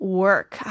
work